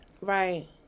right